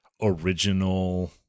original